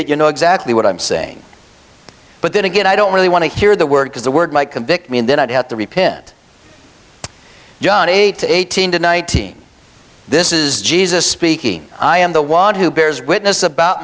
it you know exactly what i'm saying but then again i don't really want to hear the word because the word might convict me and then i'd have to repent john eight to eighteen to nineteen this is jesus speaking i am the one who bears witness about